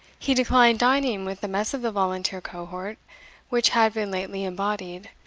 he declined dining with the mess of the volunteer cohort which had been lately embodied,